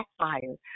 backfires